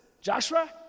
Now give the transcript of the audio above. Joshua